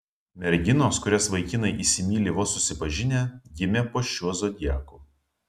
merginos kurias vaikinai įsimyli vos susipažinę gimė po šiuo zodiaku